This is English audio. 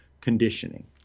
conditioning